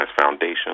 foundation